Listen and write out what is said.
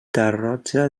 tarroja